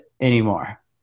anymore